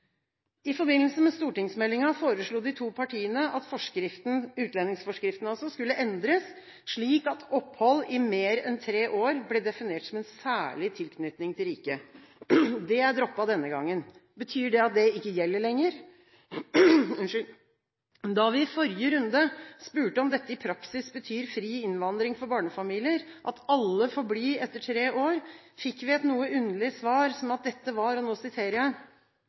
i praksis? I forbindelse med behandlingen av stortingsmeldingen foreslo de to partiene at utlendingsforskriften skulle endres, slik at opphold i mer enn tre år ble definert som en særlig tilknytning til riket. Det er droppet denne gangen. Betyr det at det ikke gjelder lenger? Da vi i forrige runde spurte om dette i praksis betyr fri innvandring for barnefamilier, at alle får bli etter tre år, fikk vi et noe underlig svar om at dette var – og jeg siterer